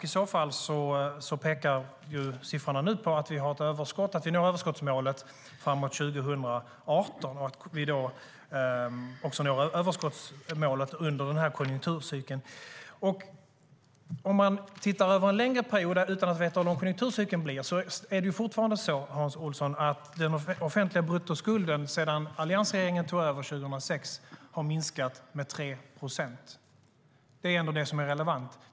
I så fall pekar siffrorna nu på att vi når överskottsmålet framåt 2018 och att vi då också når överskottsmålet under den här konjunkturcykeln. Vi kan titta över en längre period, utan att veta hur lång konjunkturcykeln blir. Det är fortfarande så, Hans Olsson, att den offentliga bruttoskulden har minskat med 3 procent sedan alliansregeringen tog över 2006. Det är ändå det som är relevant.